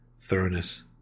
thoroughness